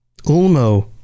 Ulmo